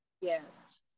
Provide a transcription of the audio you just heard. Yes